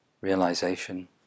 realization